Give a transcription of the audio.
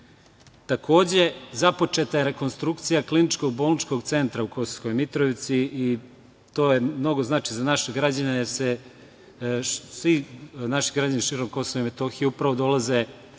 ratu. Takođe, započeta je rekonstrukcija Kliničko bolničkog centra u Kosovskoj Mitrovici i to mnogo znači za naše građane, jer svi naši građani širom Kosova i Metohije upravo dolaze